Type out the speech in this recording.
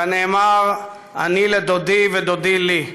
כנאמר: "אני לדודי ודודי לי".